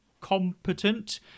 competent